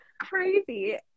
crazy